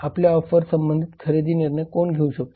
आपल्या ऑफर संबंधी खरेदी निर्णय कोण घेऊ शकतो